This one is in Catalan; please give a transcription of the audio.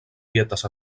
dietes